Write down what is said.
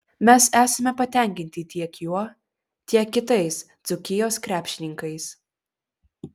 mes esame patenkinti tiek juo tiek kitais dzūkijos krepšininkais